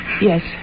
Yes